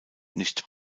nicht